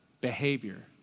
behavior